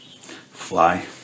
Fly